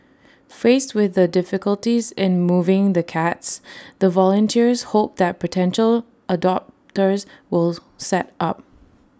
faced with the difficulties in moving the cats the volunteers hope that potential adopters will step up